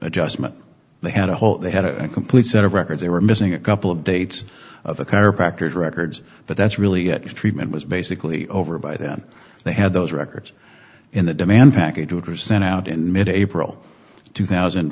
adjustment they had a whole they had a complete set of records they were missing a couple of dates of the chiropractors records but that's really a treatment was basically over by then they had those records in the demand package which was sent out in mid april two thousand